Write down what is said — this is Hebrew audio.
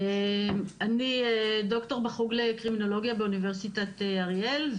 אני ד"ר בחוג לקרימינולוגיה באוניברסיטת אריאל,